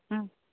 ம்